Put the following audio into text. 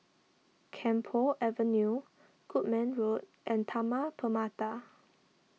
Camphor Avenue Goodman Road and Taman Permata